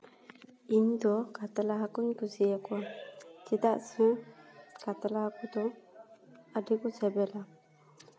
ᱤᱧᱫᱚ ᱠᱟᱛᱞᱟ ᱦᱟᱠᱳᱧ ᱠᱩᱥᱤ ᱟᱠᱚᱣᱟ ᱪᱮᱫᱟᱜ ᱥᱮ ᱠᱟᱛᱞᱟ ᱦᱟᱠᱳ ᱫᱚ ᱟᱹᱰᱤ ᱠᱚ ᱥᱮᱵᱮᱞᱟ